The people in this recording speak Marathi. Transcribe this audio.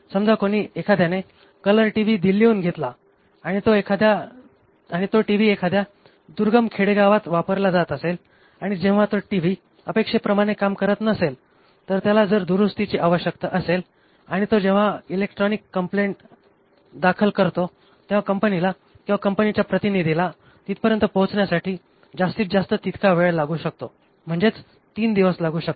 समजा कोणी एखाद्याने कलर टीवी दिल्लीहून घेतला आणि तो टीवी एखाद्या दुर्गम खेडेगावात वापरला जात असेल आणि जेव्हा तो टीवी अपेक्षेप्रमाणे काम करत नसेल आणि त्याला जर दुरुस्तीची आवश्यकता असेल आणि तो जेव्हा इलेक्ट्रोनिक कम्प्लेंट दाखल करतो तेव्हा कंपनीला किंवा कंपनीच्या प्रतिनिधीला तिथपर्यंत पोहोचण्यासाठी जास्तीतजास्त तितका वेळ लागू शकतो म्हणजेच ३ दिवस लागू शकतात